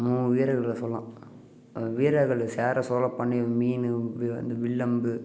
மூணு வீரர்களை சொல்லலாம் அந்த வீரர்கள் சேர சோழ பாண்டியன் மீன் வந்து வில் அம்பு